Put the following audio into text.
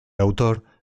autor